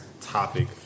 topic